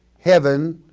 heaven,